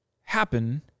happen